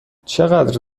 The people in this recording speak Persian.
چقدر